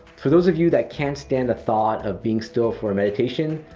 for those of you that can't stand the thought of being still for a meditation,